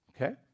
Okay